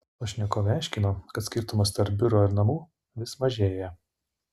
pašnekovė aiškino kad skirtumas tarp biuro ir namų vis mažėja